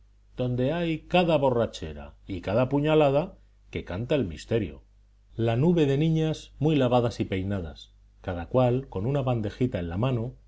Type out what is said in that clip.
donde hay cada borrachera y cada puñalada que canta el misterio la nube de niñas muy lavadas y peinadas cada cual con una bandejita en la mano